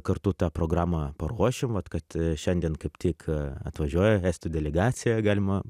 kartu tą programą paruošim vat kad šiandien kaip tik atvažiuoja estų delegacija galima